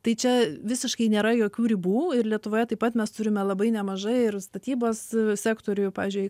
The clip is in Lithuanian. tai čia visiškai nėra jokių ribų ir lietuvoje taip pat mes turime labai nemažai ir statybos sektoriuje pavyzdžiui